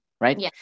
right